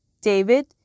David